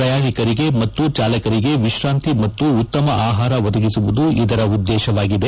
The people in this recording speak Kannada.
ಪ್ರಯಾಣಿಕರಿಗೆ ಮತ್ತು ಚಾಲಕರಿಗೆ ವಿಶ್ರಂತಿ ಮತ್ತು ಉತ್ತಮ ಆಹಾರ ಒದಗಿಸುವುದು ಇದರ ಉದ್ದೇಶವಾಗಿದೆ